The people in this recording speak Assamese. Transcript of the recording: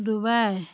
ডুবাই